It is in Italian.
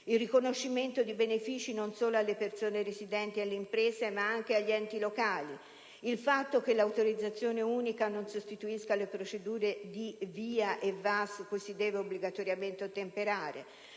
il riconoscimento di benefici non solo alle persone residenti e alle imprese, ma anche agli enti locali; il fatto che l'autorizzazione unica non sostituisca le procedure di VIA e VAS, cui si deve obbligatoriamente ottemperare;